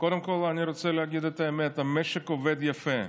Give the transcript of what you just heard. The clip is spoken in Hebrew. קודם כול, אני רוצה להגיד את האמת: המשק עובד יפה.